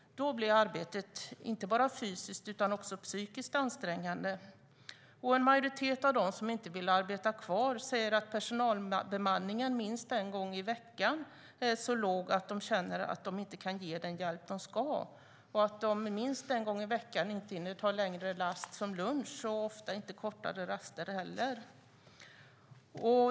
Då blir arbetet inte bara fysiskt utan också psykiskt ansträngande. En majoritet av dem som inte vill arbeta kvar säger att personalbemanningen minst en gång i veckan är så låg att de känner att de inte kan ge den hjälp de ska ge och att de minst en gång i veckan inte hinner ta längre raster som lunch och ofta inte heller kortare raster.